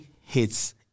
hits